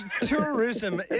tourism